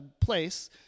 place